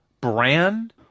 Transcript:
brand